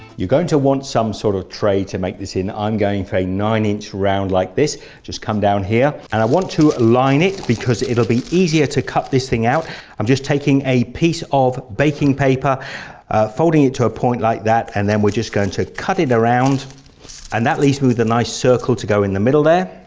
you're going to want some sort of tray to make this in i'm going for a nine inch round like this just come down here and i want to line it because it'll be easier to cut this thing out i'm just taking a piece of baking paper folding it to a point like that and then we're just going to cut it around and that leaves me with a nice circle to go in the middle there.